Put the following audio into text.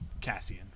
Cassian